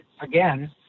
again